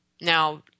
Now